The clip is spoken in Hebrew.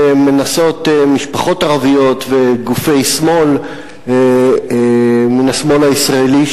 מנסים משפחות ערביות וגופי שמאל מן השמאל הישראלי,